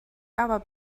aber